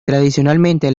tradicionalmente